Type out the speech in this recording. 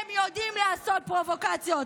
הם יודעים לעשות פרובוקציות.